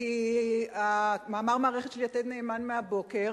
כי מאמר המערכת של "יתד נאמן" מהבוקר